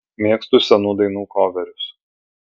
mėgstu senų dainų koverius